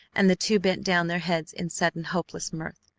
and the two bent down their heads in sudden hopeless mirth.